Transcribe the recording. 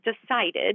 decided